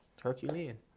Herculean